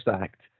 act